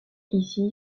ici